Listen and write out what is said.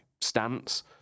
stance